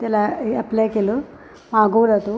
त्याला अप्लाय केलं मागवला तो